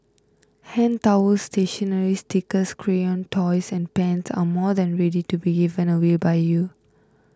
hand towels stationery stickers crayons toys and pens are more than ready to be given away by you